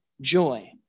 joy